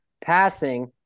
passing